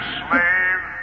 slave